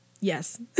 Yes